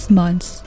months